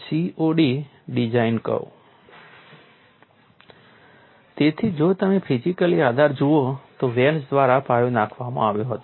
COD design curve તેથી જો તમે ફિઝિકલી આધાર જુઓ તો વેલ્સ દ્વારા પાયો નાખવામાં આવ્યો હતો